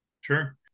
sure